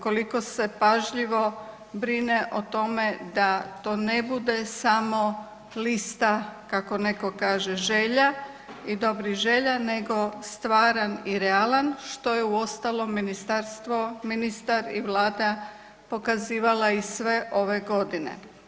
koliko se pažljivo brine o tome da to ne bude samo lista kako netko kaže želja i dobrih želja nego stvaran i realan što je uostalom ministarstvo, ministar i Vlada pokazivala i sve ove godine.